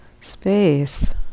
space